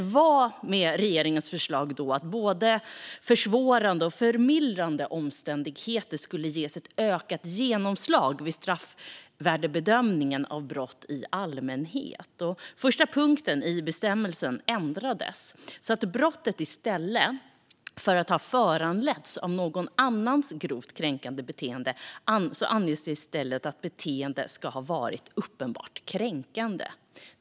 Syftet med regeringens förslag var att både försvårande och förmildrande omständigheter skulle ges ökat genomslag vid straffvärdesbedömningen av brott i allmänhet. Första punkten i bestämmelsen ändrades så att brottet i stället för att ha föranletts av någon annans grovt kränkande beteende ska ha föranletts av någons annans uppenbart kränkande beteende.